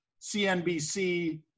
CNBC